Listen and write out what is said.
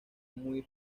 muy